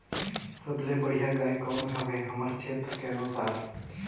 सबले बढ़िया गाय कौन हवे हमर क्षेत्र के अनुसार?